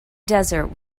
desert